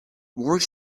more